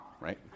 right